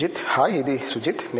Sujith hi ఇది సుజిత్